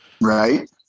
Right